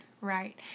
Right